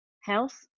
health